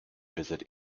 visit